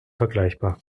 vergleichbar